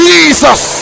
Jesus